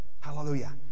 hallelujah